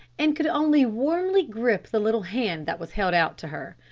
and could only warmly grip the little hand that was held out to her.